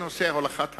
בנושא הולכת המים,